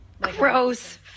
Gross